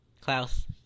Klaus